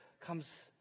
comes